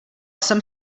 jsem